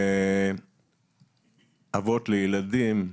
אבות לילדים,